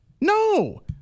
No